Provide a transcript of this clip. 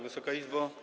Wysoka Izbo!